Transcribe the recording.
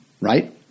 right